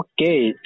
okay